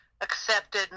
accepted